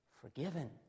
forgiven